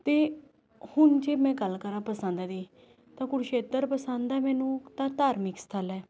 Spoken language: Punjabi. ਅਤੇ ਹੁਣ ਜੇ ਮੈਂ ਗੱਲ ਕਰਾਂ ਪਸੰਦ ਦੀ ਤਾਂ ਕੁਰੂਕਸ਼ੇਤਰ ਪਸੰਦ ਹੈ ਮੈਨੂੰ ਇੱਕ ਤਾਂ ਧਾਰਮਿਕ ਸਥੱਲ ਹੈ